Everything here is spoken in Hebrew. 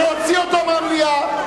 להוציא אותו מהמליאה.